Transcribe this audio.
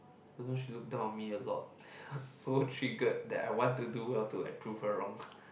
I know she look down on me a lot I was so triggered that I want to do well to like prove her wrong